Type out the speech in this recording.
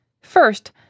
First